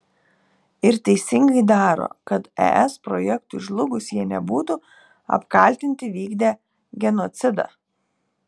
ir teisingai daro kad es projektui žlugus jie nebūtų apkaltinti vykdę genocidą